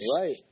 Right